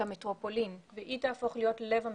המטרופולין והיא תהפוך להיות לב המטרופולין.